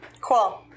Cool